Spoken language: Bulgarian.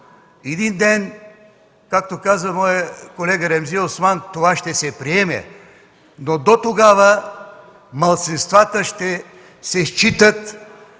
един ден, както каза моят колега Ремзи Осман, това ще се приеме, но дотогава малцинствата ще считат,